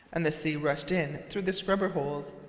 and the sea rushed in through the scupper-holes.